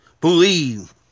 Believe